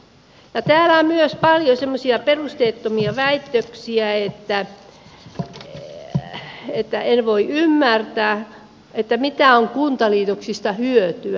täällä on myös paljon semmoisia perusteettomia väitteitä että en voi ymmärtää mitä on kuntaliitoksista hyötyä